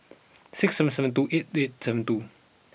six seven seven two eight eight seven two